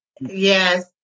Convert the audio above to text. Yes